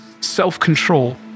self-control